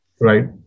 Right